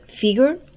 figure